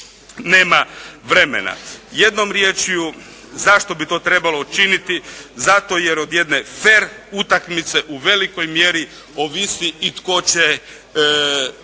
nema vremena. Jednom riječju zašto bi to trebalo učiniti? Zato jer od jedne fer utakmice u velikoj mjeri ovisi i tko će